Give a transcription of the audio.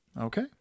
Okay